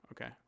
Okay